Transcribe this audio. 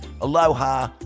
aloha